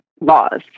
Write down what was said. laws